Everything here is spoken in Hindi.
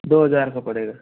दो हजार का पड़ेगा सर